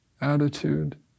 attitude